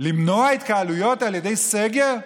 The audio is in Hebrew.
למנוע התקהלויות על ידי סגר?